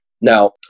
Now